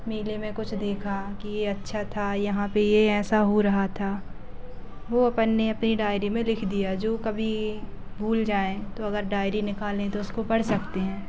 मेले में कुछ देखा कि अच्छा था यहाँ पर यह ऐसा हो रहा था वह अपन ने अपनी डायरी में लिख दिया जो कभी भूल जाएँ तो अगर डायरी निकालें तो उसको पढ़ सकते हैं